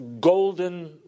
golden